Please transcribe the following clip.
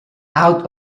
out